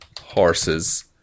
horses